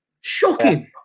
Shocking